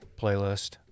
playlist